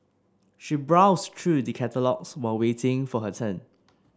she browsed through the catalogues while waiting for her turn